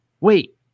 wait